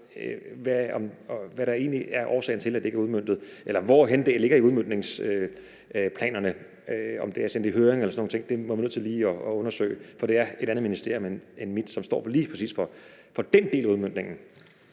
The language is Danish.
hvad der egentlig er årsagen til, at det ikke er udmøntet, eller hvorhenne i udmøntningsplanerne det er. Om det er sendt i høring eller sådan nogle ting, er vi nødt til lige at undersøge, for det er et andet ministerium end mit, som står for lige præcis den del af udmøntningen.